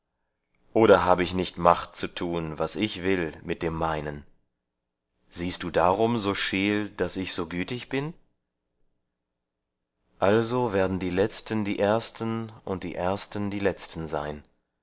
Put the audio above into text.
oder habe ich nicht macht zu tun was ich will mit dem meinen siehst du darum so scheel daß ich so gütig bin also werden die letzten die ersten und die ersten die letzten sein